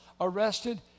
arrested